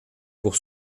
pour